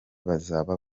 bazaba